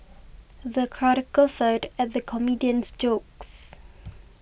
the crowd guffawed at the comedian's jokes